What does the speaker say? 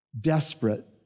desperate